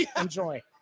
Enjoy